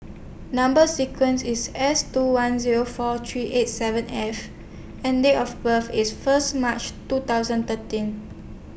Number sequence IS S two one Zero four three eight seven F and Date of birth IS First March two thousand thirteen